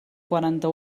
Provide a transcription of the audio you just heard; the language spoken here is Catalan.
quaranta